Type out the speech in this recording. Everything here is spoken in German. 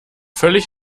völlig